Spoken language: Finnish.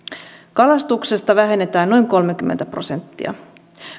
kalastuksesta vähennetään noin kolmekymmentä prosenttia